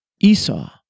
Esau